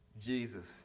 Jesus